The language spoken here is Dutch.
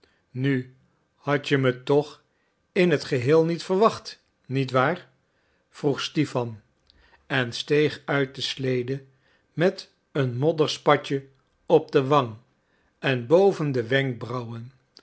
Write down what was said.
nu had je me toch in het geheel niet verwacht niet waar vroeg stipan en steeg uit de slede met een modderspatje op de wang en boven de wenkbrauwen